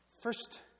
First